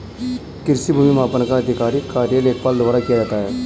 कृषि भूमि मापन का आधिकारिक कार्य लेखपाल द्वारा किया जाता है